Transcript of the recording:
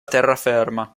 terraferma